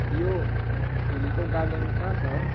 यो फुलको गार्डन कहाँ छ